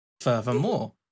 Furthermore